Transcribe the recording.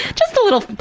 just a little,